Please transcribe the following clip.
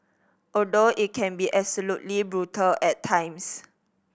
although it can be absolutely brutal at times